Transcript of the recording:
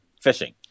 fishing